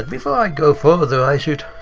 um if i go further, i should